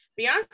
Beyonce